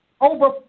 over